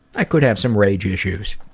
i could have some rage issues.